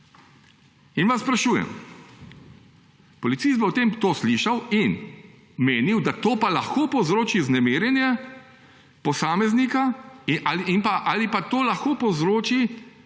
In vas sprašujem. Policist bo potem to slišal in menil, da to pa lahko povzroči vznemirjenje posameznika, ali pa to lahko povzroči